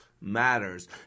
Matters